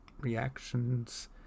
reactions